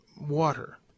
water